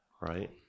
right